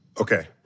Okay